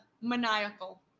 maniacal